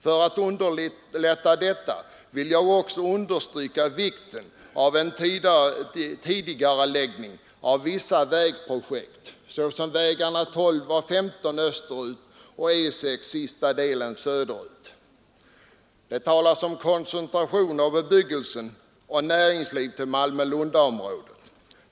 För att dessa möjligheter skall underlättas är det viktigt med en tidigareläggning av vissa vägprojekt såsom vägarna 12 och 15 österut samt sista delen av E 6 söderut. Det talas om koncentration av bebyggelse och näringsliv i Malmö— Lundområdet.